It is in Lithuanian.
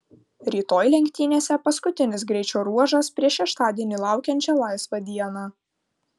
rytoj lenktynėse paskutinis greičio ruožas prieš šeštadienį laukiančią laisvą dieną